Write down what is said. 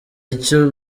icyo